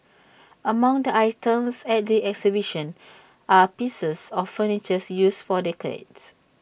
among the items at the exhibition are pieces of furnitures used for decades